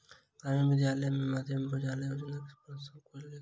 ग्रामीण विद्यालय में मध्याह्न भोजन योजना के आरम्भ कयल गेल